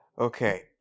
Okay